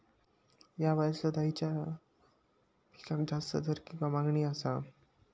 हया वर्सात खइच्या पिकाक जास्त दर किंवा मागणी आसा?